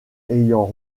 ayant